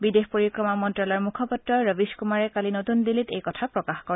বিদেশ পৰিক্ৰমা মন্ত্যালয়ৰ মুখপাত্ৰ ৰবিছ কুমাৰে কালি নতন দিল্লীত এই কথা প্ৰকাশ কৰে